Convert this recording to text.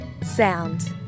sound